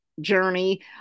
journey